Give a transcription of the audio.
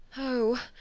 Oh